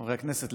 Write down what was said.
חברי הכנסת,